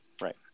right